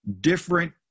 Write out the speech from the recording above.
different